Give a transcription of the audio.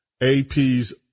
AP's